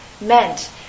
meant